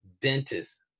dentist